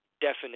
definite